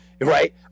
Right